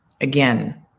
Again